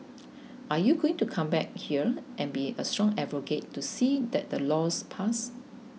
are you going to come back up here and be a strong advocate to see that laws passed